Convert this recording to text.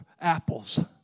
apples